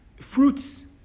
fruits